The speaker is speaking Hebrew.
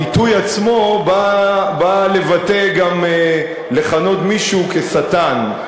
הביטוי עצמו בא גם לכנות מישהו כשטן.